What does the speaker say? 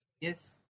Yes